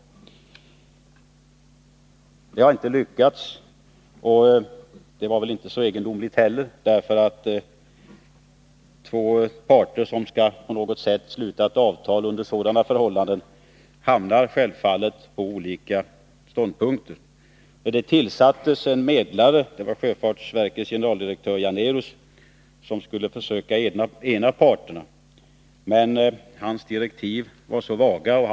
Det har inte lyckats, vilket väl inte heller är så egendomligt. Två parter, som på något sätt skall resonera under sådana förhållanden, hamnar självfallet på olika ståndpunkter. Generaldirektör Karl Janérus vid sjöfartsverket utsågs till medlare. Han skulle försöka ena parterna. Men hans direktiv var alltför vaga.